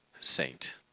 saint